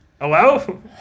Hello